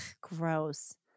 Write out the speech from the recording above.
gross